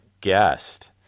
guest